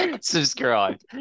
Subscribe